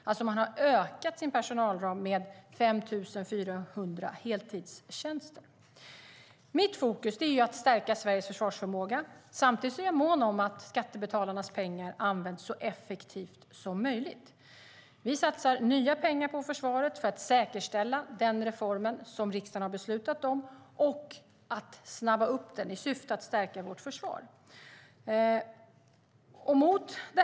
Man har alltså ökat sin personal med 5 400 heltidstjänster. Mitt fokus är att stärka Sveriges försvarsförmåga. Samtidigt är jag mån om att skattebetalarnas pengar används så effektivt som möjligt. Vi satsar nya pengar på försvaret för att säkerställa den reform som riksdagen har beslutat om och snabba upp den i syfte att stärka vårt försvar.